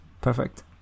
perfect